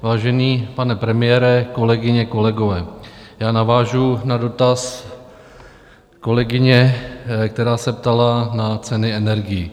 Vážený pane premiére, kolegyně, kolegové, navážu na dotaz kolegyně, která se ptala na ceny energií.